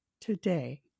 today